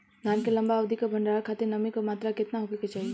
धान के लंबा अवधि क भंडारण खातिर नमी क मात्रा केतना होके के चाही?